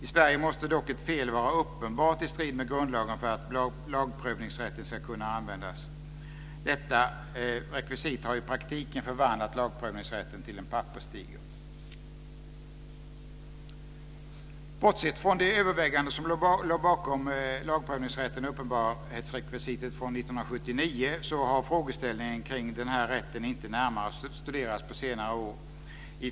I Sverige måste dock ett fel vara uppenbart i strid med grundlagen för att lagprövningsrätten ska kunna användas. Detta rekvisit har i praktiken förvandlat lagprövningsrätten till en papperstiger. Bortsett från de överväganden som låg bakom lagprövningsrätten och uppenbarhetsrekvisitet från 1979, har frågeställningen kring den här rätten inte närmare studerats på senare år.